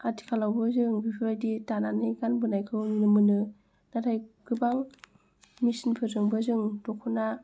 आथिखालावबो जों बेफोरबायदि दानानै गानबोनायखौ नुनो मोनो नाथाय गोबां मेचिनफोरजोंबो जों दख'ना